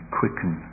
quicken